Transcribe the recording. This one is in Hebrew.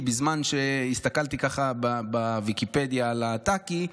בזמן שהסתכלתי בוויקיפדיה על טאקי,